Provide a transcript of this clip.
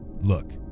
look